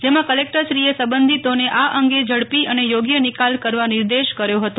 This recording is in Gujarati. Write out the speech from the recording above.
જેમાં કલેકટરશ્રીએ સબંધિતોને આ અંગે ઝડપી અને યોગ્ય નિકાલ કરવા નિર્દેશ કર્યો હતો